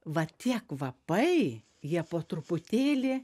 va tie kvapai jie po truputėlį